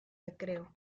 recreo